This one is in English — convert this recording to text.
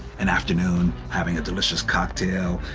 an afternoon, having a delicious cocktail,